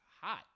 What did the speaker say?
hot